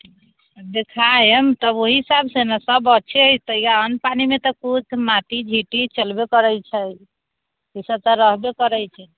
देखाएम तऽ ओही हिसाबसँ नहि सब अच्छे अछि तऽ अन्न पानिमे तऽ कुछ माटि झिटि चलबै करै छै ईसब तऽ रहबे करै छै